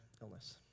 illness